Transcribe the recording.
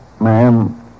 Ma'am